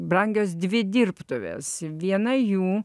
brangios dvi dirbtuvės viena jų